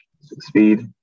speed